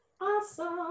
awesome